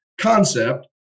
concept